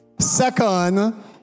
second